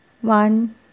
one